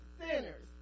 sinners